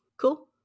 Cool